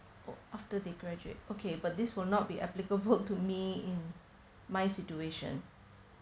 oh after they graduate okay but this will not be applicable to me in my situation